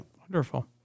wonderful